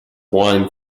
wine